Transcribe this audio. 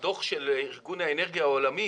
הדוח של ארגון האנרגיה העולמי